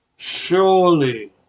Surely